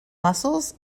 muscles